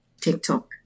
TikTok